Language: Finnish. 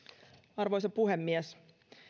arvoisa puhemies